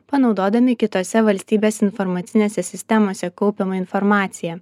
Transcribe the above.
panaudodami kitose valstybės informacinėse sistemose kaupiamą informaciją